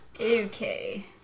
Okay